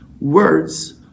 Words